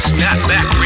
Snapback